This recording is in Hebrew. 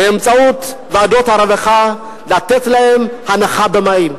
באמצעות ועדות הרווחה, לתת להם הנחה במים.